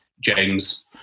James